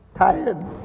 Tired